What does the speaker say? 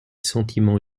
sentiments